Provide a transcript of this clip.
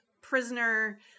prisoner